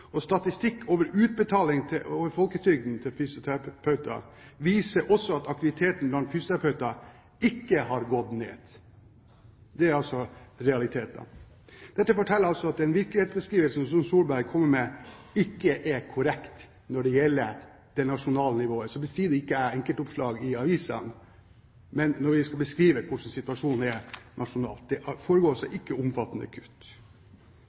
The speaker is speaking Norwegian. Statistikk over utbetalinger over folketrygden til fysioterapeuter viser også at aktiviteten blant fysioterapeuter ikke har gått ned. Det er realiteten. Dette forteller at den virkelighetsbeskrivelsen som Solberg kommer med, ikke er korrekt når det gjelder det nasjonale nivået. Så bestrider ikke jeg enkeltoppslag i avisene. Men når vi skal beskrive hvordan situasjonen er nasjonalt, så foregår det altså ikke omfattende kutt.